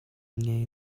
ngei